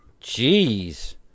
Jeez